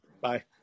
Bye